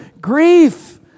grief